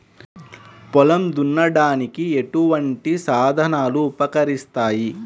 పొలం దున్నడానికి ఎటువంటి సాధనలు ఉపకరిస్తాయి?